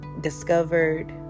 discovered